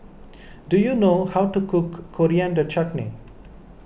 do you know how to cook Coriander Chutney